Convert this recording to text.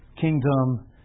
kingdom